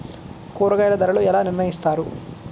కూరగాయల ధరలు ఎలా నిర్ణయిస్తారు?